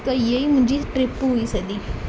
त ईअं ई मुंहिंजी ट्रिप हुई सी सॾी